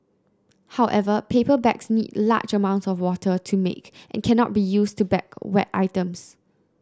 however paper bags need large amounts of water to make and cannot be used to bag wet items